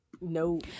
No